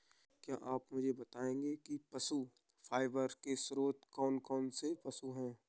क्या आप मुझे बताएंगे कि पशु फाइबर के स्रोत कौन कौन से पशु हैं?